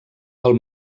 del